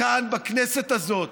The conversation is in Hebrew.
שכאן, בכנסת הזאת,